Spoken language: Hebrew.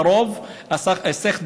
היסח דעת,